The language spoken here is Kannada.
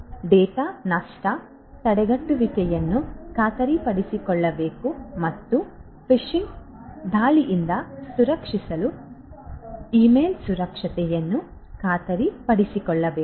ಡೇಟಾ ನಷ್ಟ ತಡೆಗಟ್ಟುವಿಕೆಯನ್ನು ಖಾತ್ರಿಪಡಿಸಿಕೊಳ್ಳಬೇಕು ಮತ್ತು ಫಿಶಿಂಗ್ ದಾಳಿಯಿಂದ ರಕ್ಷಿಸಲು ಇಮೇಲ್ ಸುರಕ್ಷತೆಯನ್ನು ಖಾತ್ರಿಪಡಿಸಿಕೊಳ್ಳಬೇಕು